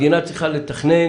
ואתה תלך לחלקה שלישית.